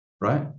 right